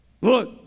Look